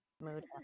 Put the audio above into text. Mood